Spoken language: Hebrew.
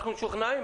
אנחנו משוכנעים.